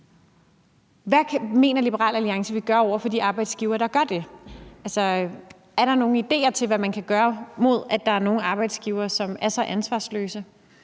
Hvad mener Liberal Alliance vi kan gøre over for de arbejdsgivere, der gør det? Altså, er der nogle idéer til, hvad man kan gøre for at imødegå, at der er nogle arbejdsgivere, som er så ansvarsløse?